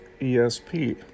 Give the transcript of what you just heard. ESP